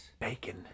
Bacon